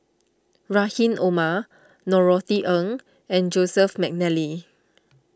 Rahim Omar Norothy Ng and Joseph McNally